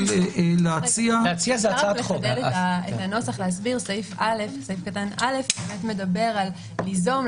להציע- -- סעיף קטן (א) מדבר על ליזום,